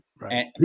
Right